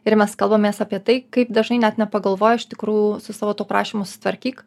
ir mes kalbamės apie tai kaip dažnai net nepagalvoja iš tikrų su savo tuo prašymu susitvarkyk